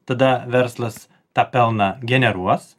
tada verslas tą pelną generuos